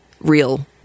real